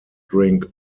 drink